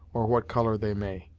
or what color they may?